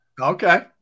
Okay